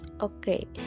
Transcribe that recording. okay